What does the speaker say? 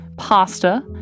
pasta